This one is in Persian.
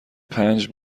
پنج